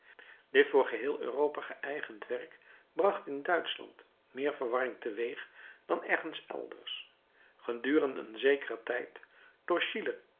dit voor geheel europa geëigend werk bracht in duitschland meer verwarring teweeg dan ergens elders gedurende een zekeren tijd door schiller